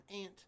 ant